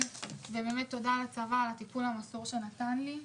הזה ותודה לצבא על הטיפול המסור שנתן לי.